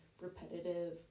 repetitive